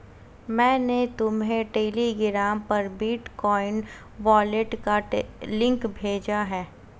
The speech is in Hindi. मैंने तुम्हें टेलीग्राम पर बिटकॉइन वॉलेट का लिंक भेजा है